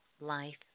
life